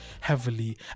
heavily